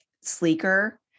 sleeker